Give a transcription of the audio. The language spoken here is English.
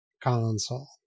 Console